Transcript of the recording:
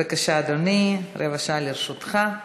בבקשה, אדוני, רבע שעה לרשותך.